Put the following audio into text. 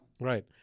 Right